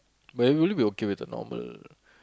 but will you be okay with the normal